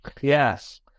Yes